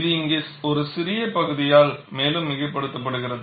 இது இங்கே ஒரு சிறிய பகுதியால் மேலும் மிகைப்படுத்தப்படுகிறது